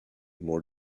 more